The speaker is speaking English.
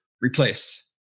replace